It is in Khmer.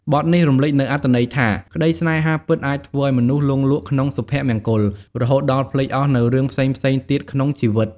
បទនេះរំលេចនូវអត្ថន័យថា ក្តីស្នេហាពិតអាចធ្វើឲ្យមនុស្សលង់លក់ក្នុងសុភមង្គល រហូតដល់ភ្លេចអស់នូវរឿងផ្សេងៗទៀតក្នុងជីវិត។